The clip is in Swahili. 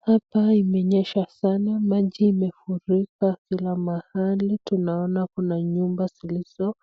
Hapa imenyesha sana, maji imefurika kila mahali. Tunaona kuna nyumba zilizo